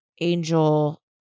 Angel-